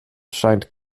scheint